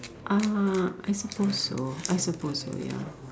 uh I supposed so I supposed so ya